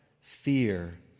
fear